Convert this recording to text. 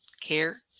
care